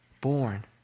born